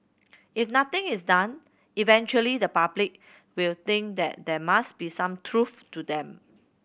if nothing is done eventually the public will think that there must be some truth to them